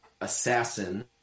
assassin